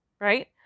right